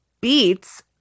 beats